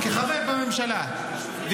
כחבר בממשלה אני